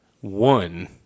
One